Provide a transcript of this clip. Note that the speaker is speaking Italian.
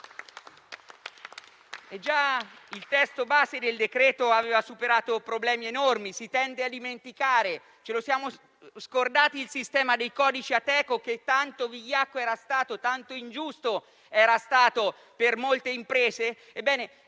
Il testo base del decreto-legge aveva già superato problemi enormi. Si tende a dimenticare (ce lo siamo scordati) il sistema dei codici Ateco, che tanto vigliacco e ingiusto era stato per molte imprese.